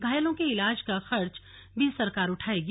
घायलों के ईलाज का खर्च भी सरकार उठाएगी